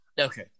okay